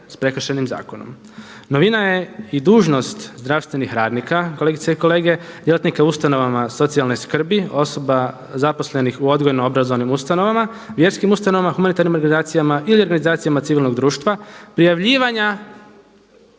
sa Prekršajnim zakonom. Novina je i dužnost zdravstvenih radnika kolegice i kolege, djelatnika u ustanovama socijalne skrbi osoba zaposlenih u odgojno-obrazovnim ustanovama, vjerskim ustanovama, humanitarnim organizacijama ili organizacijama civilnog društva, prijavljivanja